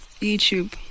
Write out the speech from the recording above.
YouTube